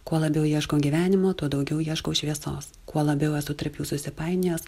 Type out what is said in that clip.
kuo labiau ieškau gyvenimo tuo daugiau ieškau šviesos kuo labiau esu tarp jų susipainiojęs